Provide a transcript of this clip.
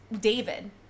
David